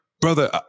brother